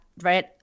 right